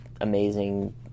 amazing